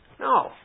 No